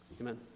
Amen